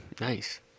Nice